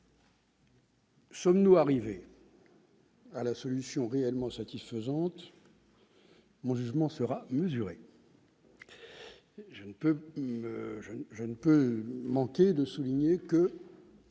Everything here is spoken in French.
pour autant arrivés à une solution réellement satisfaisante ? Mon jugement sera mesuré. Je ne peux manquer de souligner que